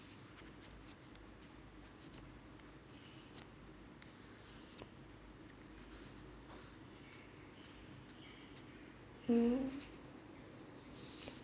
hmm